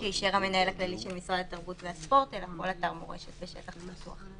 שאישר המנהל הכללי של משרד התרבות והספורט אלא כל אתר מורשת בשטח פתוח.